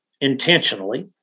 intentionally